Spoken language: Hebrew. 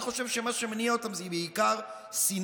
אני חושב שמה שמניע אותם זה בעיקר שנאה.